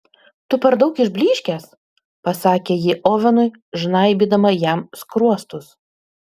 tu per daug išblyškęs pasakė ji ovenui žnaibydama jam skruostus